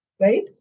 right